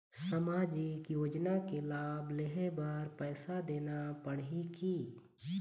सामाजिक योजना के लाभ लेहे बर पैसा देना पड़ही की?